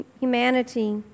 humanity